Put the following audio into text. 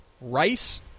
Rice